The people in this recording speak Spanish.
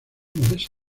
modesta